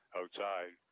outside